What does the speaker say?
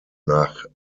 nach